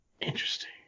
Interesting